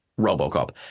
Robocop